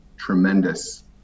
tremendous